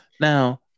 Now